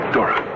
Dora